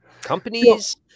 Companies